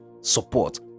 support